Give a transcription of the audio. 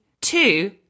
Two